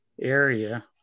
area